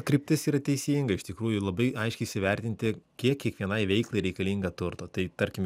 kryptis yra teisinga iš tikrųjų labai aiškiai įsivertinti kiek kiekvienai veiklai reikalinga turto tai tarkim